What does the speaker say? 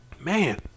man